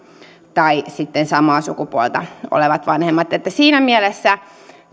tai sitten samaa sukupuolta olevat vanhemmat siinä mielessä